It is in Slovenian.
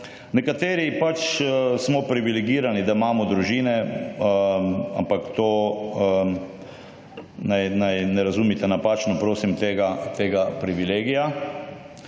Nekateri pač smo privilegirani, da imamo družine. Ampak to, ne razumite napačno prosim tega privilegija.